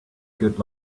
good